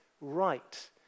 right